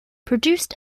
produced